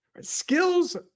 Skills